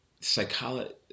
psychology